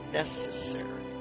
necessary